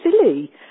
silly